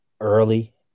early